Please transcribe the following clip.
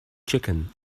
chicken